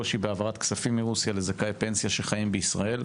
דיברנו על הקושי בהעברת כספים מרוסיה לזכאי פנסיה שחיים בישראל,